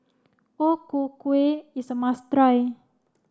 O Ku Kueh is a must try